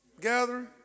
Gathering